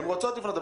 הן רוצות לפנות,